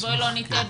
בואי לא נטעה.